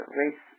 race